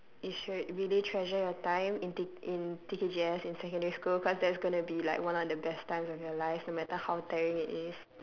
you should really treasure your time in T~ in T_K_G_S in secondary school cause that's going to be like one of the best times of your life no matter how tiring it is